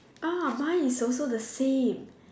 ah mine is also the same